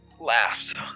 laughed